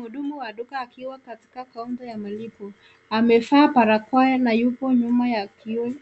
Mhudumu wa duka akiwa katika kaunta ya malipo. Amevaa barakoa na yupo nyuma ya kioo